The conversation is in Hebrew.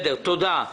תודה.